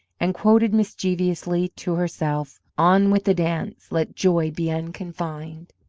and quoted mischievously to herself on with the dance, let joy be unconfined.